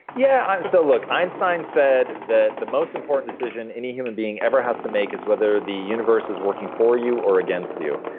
yeah. so look, einstein said that the most important decision any human being ever has to make is whether the universe is working for you or against you.